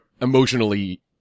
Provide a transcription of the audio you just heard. emotionally